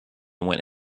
went